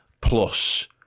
plus